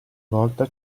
volta